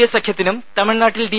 A സഖ്യത്തിനും തമിഴ്നാട്ടിൽ D